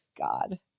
god